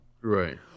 right